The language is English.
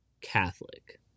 Catholic